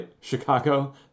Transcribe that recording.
Chicago